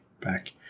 back